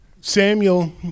Samuel